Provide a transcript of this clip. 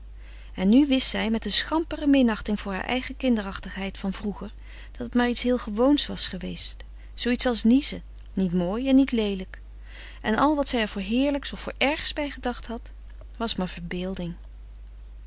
en nu wist zij met een schampere minachting voor haar eigen kinderachtigheid van vroeger dat het maar iets heel gewoons was geweest zooiets als niezen niet mooi en niet leelijk en al wat zij er voor heerlijks of voor ergs bij gedacht had was maar verbeelding